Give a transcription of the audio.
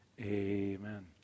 amen